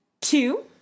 Two